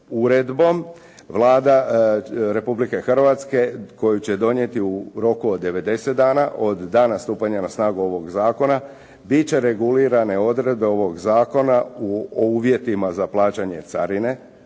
uredbom Vlada Republike Hrvatske koju će donijeti u roku od 90 dana od dana stupanja na snagu ovog zakona bit će regulirane odredbe ovog zakona o uvjetima za plaćanje carine,